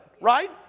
right